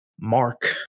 mark